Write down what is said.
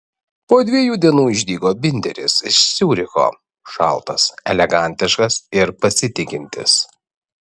po dviejų dienų išdygo binderis iš ciuricho šaltas elegantiškas ir pasitikintis